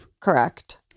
Correct